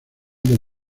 del